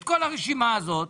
את כל הרשימה הזאת.